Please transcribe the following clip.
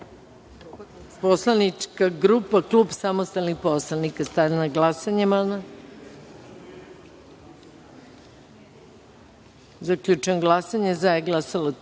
Poslanička grupa klub samostalnih poslanikaStavljam na glasanje. Zaključujem glasanje: za – niko,